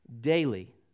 daily